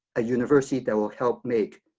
a university that will help make